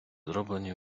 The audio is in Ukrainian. зроблені